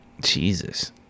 Jesus